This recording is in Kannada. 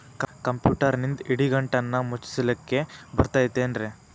ಕಂಪ್ಯೂಟರ್ನಿಂದ್ ಇಡಿಗಂಟನ್ನ ಮುಚ್ಚಸ್ಲಿಕ್ಕೆ ಬರತೈತೇನ್ರೇ?